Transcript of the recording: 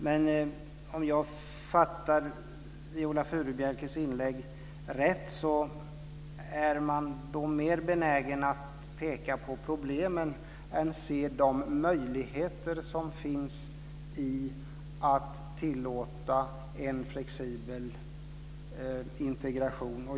Men om jag uppfattade Viola Furubjelke rätt är man mer benägen att peka på problem än att se de möjligheter som det innebär att tillåta en flexibel integration.